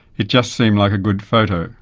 it just seemed like a good photo.